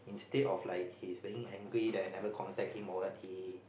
instead of like he is being angry that I never contact him or what he